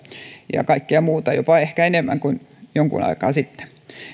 ja kaikkea muuta jopa ehkä enemmän kuin jonkun aikaa sitten